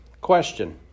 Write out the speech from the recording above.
question